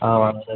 ஆ வாங்க சார்